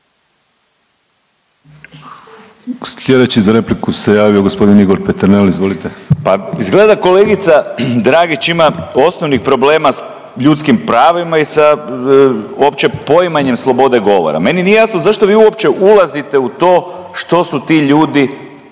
Slijedeći za repliku se javio gospodin Igor Peterner. Izvolite. **Peternel, Igor (DP)** Pa izgleda kolegica Dragić ima osnovnih problema s ljudskim pravima i sa opće poimanjem slobode govora. Meni nije jasno zašto vi uopće ulazite u to što su ti ljudi,